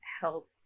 help